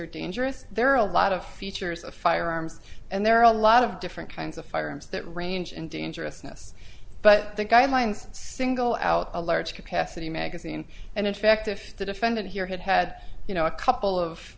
are dangerous there are a lot of features of firearms and there are a lot of different kinds of firearms that range in dangerousness but the guidelines single out a large capacity magazine and in fact if the defendant here had had you know a couple of